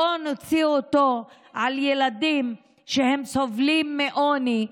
בואו נוציא אותו על ילדים שסובלים מעוני,